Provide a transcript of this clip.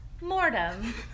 Mortem